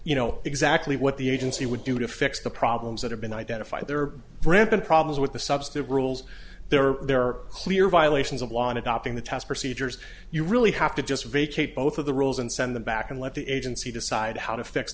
you know exactly what the agency would do to fix the problems that have been identified there are rampant problems with the substitute rules there are there are clear violations of law in adopting the test procedures you really have to just vacate both of the rules and send them back and let the agency decide how to fix